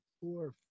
four